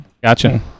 Gotcha